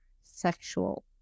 sexual